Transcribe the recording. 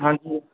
ਹਾਂਜੀ